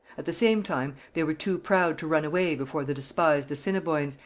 at the same time, they were too proud to run away before the despised assiniboines,